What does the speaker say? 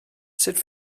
sut